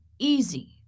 easy